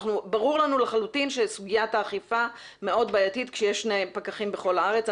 ברור לנו לחלוטין שסוגיית האכיפה מאוד בעייתית כשיש שני פקחים בכל הארץ.